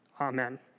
Amen